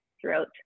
throughout